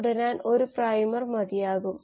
അതിനാൽ ഇത് കളയാൻ പോകുന്നു